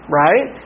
right